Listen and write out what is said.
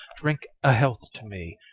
drink a health to me.